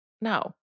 no